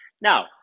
Now